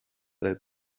del